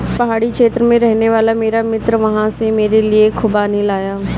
पहाड़ी क्षेत्र में रहने वाला मेरा मित्र वहां से मेरे लिए खूबानी लाया